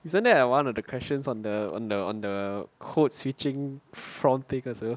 isn't that like one of the questions on the on the on the code switching prompt thing also